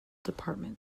department